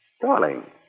Darling